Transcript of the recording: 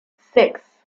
six